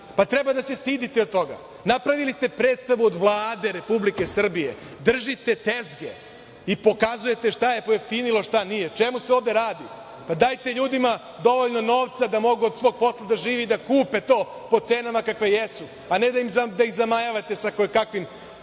Treba da se stidite toga. Napravili ste predstavu od Vlade Republike Srbije. Držite tezge i pokazujete šta je pojeftinilo a šta nije. O čemu se ovde radi? Dajte ljudima dovoljno novca da mogu od svog posla da žive i da kupe to po cenama kakve jesu, a ne da ih zamajavate sa kojekakvim